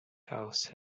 house